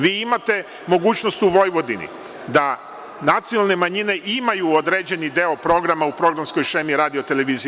Vi imate mogućnost u Vojvodini da nacionalne manjine imaju određeni deo programa u programskoj šemi RTV.